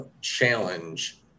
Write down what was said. Challenge